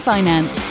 Finance